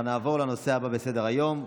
נעבור לנושא הבא בסדר-היום,